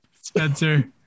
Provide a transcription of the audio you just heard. Spencer